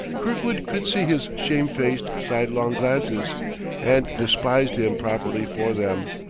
kirkwood could see his shamefaced, sidelong glances and despised him properly for them.